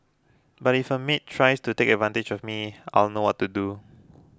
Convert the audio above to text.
but if a maid tries to take advantage of me I'll know what to do